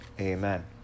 amen